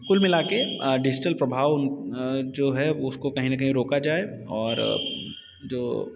कुल मिला के डिज़िटल प्रभाव जो है उसको कहीं ना कहीं रोका जाए और जो